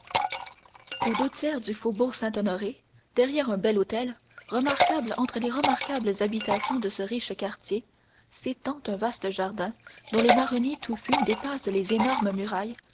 aux deux tiers du faubourg saint-honoré derrière un bel hôtel remarquable entre les remarquables habitations de ce riche quartier s'étend un vaste jardin dont les marronniers touffus dépassent les énormes murailles